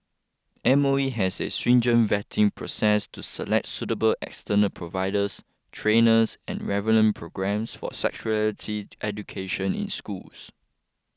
M O E has a stringent vetting process to select suitable external providers trainers and relevant programmes for sexuality education in schools